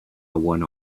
one